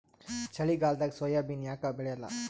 ಚಳಿಗಾಲದಾಗ ಸೋಯಾಬಿನ ಯಾಕ ಬೆಳ್ಯಾಲ?